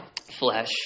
flesh